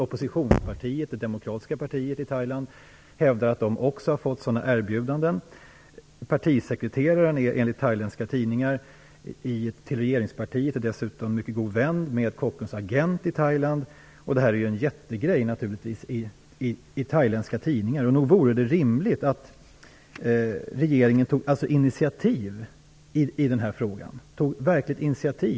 Oppositionspartiet - det demokratiska partiet i Thailand - hävdar att de också har fått sådana erbjudanden. Partisekreteraren i regeringspartiet är enligt thailändska tidningar dessutom mycket god vän med Kockums agent i Thailand. Det är naturligtvis en jättegrej i thailändska tidningar. Nog vore det rimligt att regeringen tog ett verkligt initiativ i denna fråga?